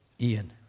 Ian